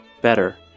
Better